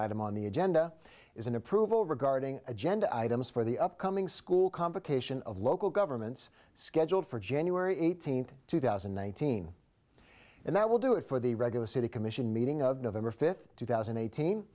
item on the agenda is an approval regarding agenda items for the upcoming school convocation of local governments scheduled for january eighteenth two thousand and nineteen and that will do it for the regular city commission meeting of november fifth two thousand and eighteen